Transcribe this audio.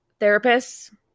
therapists